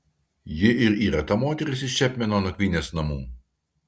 ji ir yra ta moteris iš čepmeno nakvynės namų